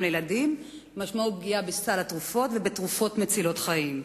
לילדים משמעו פגיעה בסל התרופות ובתרופות מצילות חיים.